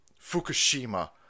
Fukushima